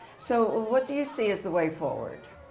so what do you see as the way forward?